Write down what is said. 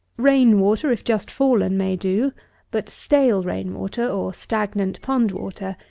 rain-water, if just fallen, may do but stale rain-water, or stagnant pond-water,